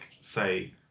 say